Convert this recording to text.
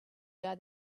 guy